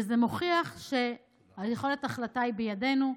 וזה מוכיח שיכולת ההחלטה היא בידינו.